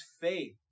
faith